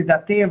לדעתי,